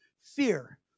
Fear